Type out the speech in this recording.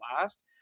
last